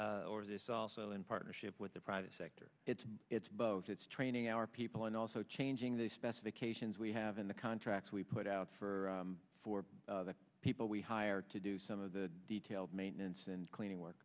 service or this also in partnership with the private sector it's it's both it's training our people and also changing the specifications we have in the contracts we put out for for the people we hired to do some of the detailed maintenance and cleaning work